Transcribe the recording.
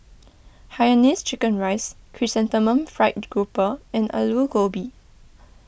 Hainanese Chicken Rice Chrysanthemum Fried Grouper and Aloo Gobi